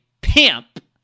pimp